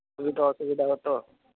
খুবই তো অসুবিধা হত